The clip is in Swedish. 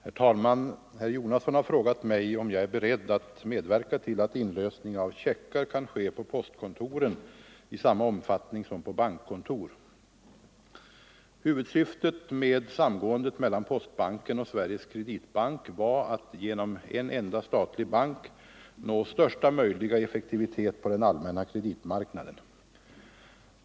Herr talman! Herr Jonasson har frågat mig om jag är beredd att medverka till att inlösning av checkar kan ske på postkontoren i samma omfattning som på bankkontor. Huvudsyftet med samgåendet mellan postbanken och Sveriges Kreditbank var att genom en enda statlig bank nå största möjliga effektivitet på den allmänna kreditmarknaden.